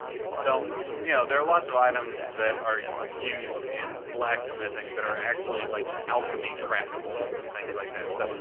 so you know there are lots of items that are used in blacksmithing that are actually like alchemy craftables and things like that. so,